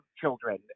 children